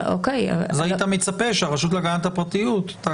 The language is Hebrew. אז היית מצפה שהרשות להגנת הפרטיות.